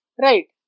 Right